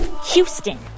Houston